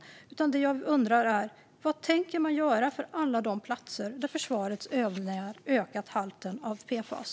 Det som jag undrar är: Vad tänker man göra på alla de platser där försvarets övningar ökat halten av PFAS?